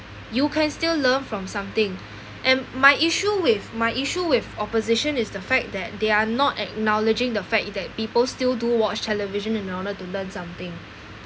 you can still learn from something and my issue with my issue with opposition is the fact that they are not acknowledging the fact that people still do watch television in order to learn something